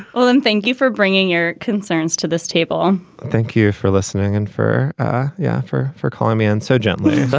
um and thank you for bringing your concerns to this table thank you for listening. and for yeah for for calling me on so gently, ah